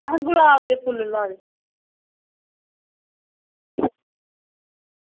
असें गुलाब दे फुल्ल लाए दे